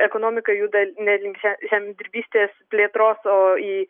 ekonomika juda ne link žem žemdirbystės plėtros o į